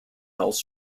else